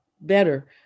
better